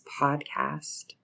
podcast